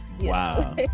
Wow